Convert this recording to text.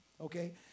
okay